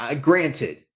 granted